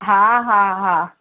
हा हा हा